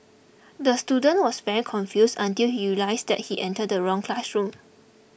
the student was very confused until he realised he entered the wrong classroom